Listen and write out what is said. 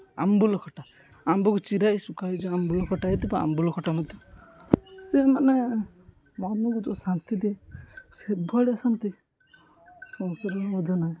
ଆମ୍ବୁଲ ଖଟା ଆମ୍ବୁକୁ ଚିରା ହୋଇ ଶୁଖା ହୋଇ ଯେଉଁ ଆମ୍ବୁଲ ଖଟା ହୋଇଥିବ ଆମ୍ବୁଲ ଖଟା ମଧ୍ୟ ସେ ମାନେ ମନକୁ ଯେଉଁ ଶାନ୍ତି ଦିଏ ସେଭଳିଆ ଶାନ୍ତି ସଂସାରରେ ମଧ୍ୟ ନାହିଁ